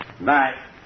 Bye